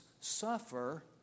suffer